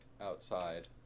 outside